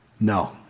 no